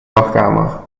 wachtkamer